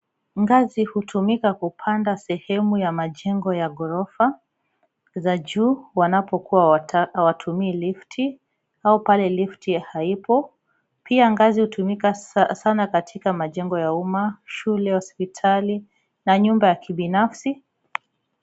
Ngazi hutumika kupanda sehemu ya majengo ya ghorofa za juu wanapokua hawatumii lifti au pale lifti haipo ,pia ngazi hutumika sanasana katika majengo ya umma, shule, hospitali na nyumba ya kibinafsi.